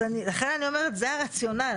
אז לכן אני אומרת זה הרציונל,